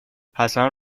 حسن